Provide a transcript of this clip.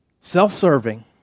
self-serving